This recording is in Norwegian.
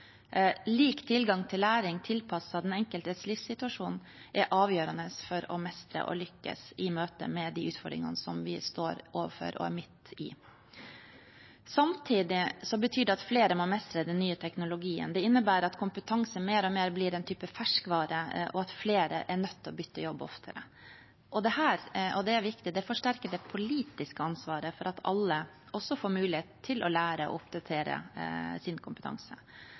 Lik tilgang til læring tilpasset den enkeltes livssituasjon er avgjørende for å mestre og lykkes i møte med de utfordringene vi står overfor og er midt oppe i. Samtidig betyr det at flere må mestre den nye teknologien. Det innebærer at kompetanse mer og mer blir en type ferskvare, og at flere er nødt til å bytte jobb oftere. Og – det er også viktig – det forsterker det politiske ansvaret for at alle også får mulighet til å lære og oppdatere sin kompetanse.